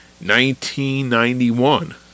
1991